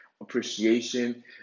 appreciation